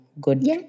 good